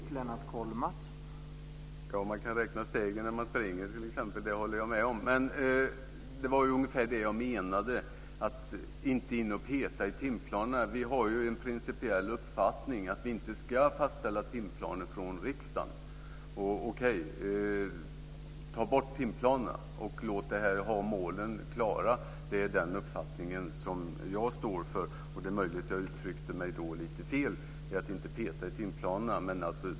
Herr talman! Ja, man kan räkna stegen när man springer, t.ex. Det håller jag med om. Det var ungefär detta som jag menade med att inte gå in och peta i timplanerna. Vi har en principiell uppfattning om att vi inte ska fastställa timplaner från riksdagen. Okej, ta bort timplanerna och låt målen vara klara. Det är den uppfattning som jag står för. Det är möjligt att jag uttryckte mig lite fel när jag sade att man inte skulle peta i timplanerna.